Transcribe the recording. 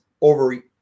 over